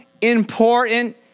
important